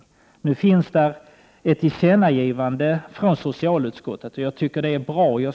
Socialutskottet har gjort ett tillkännagivande till regeringen, vilket jag tycker är bra.